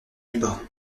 libre